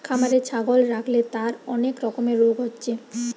খামারে ছাগল রাখলে তার অনেক রকমের রোগ হচ্ছে